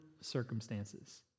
circumstances